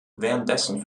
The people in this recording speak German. währenddessen